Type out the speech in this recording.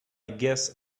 guess